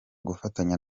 gufatanya